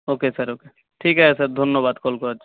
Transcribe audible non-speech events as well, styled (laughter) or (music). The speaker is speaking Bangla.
ও কে স্যার ও কে ঠিক আছে স্যার ধন্যবাদ কল করার (unintelligible)